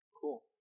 Cool